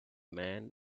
man